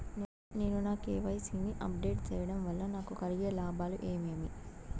నేను నా కె.వై.సి ని అప్ డేట్ సేయడం వల్ల నాకు కలిగే లాభాలు ఏమేమీ?